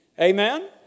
Amen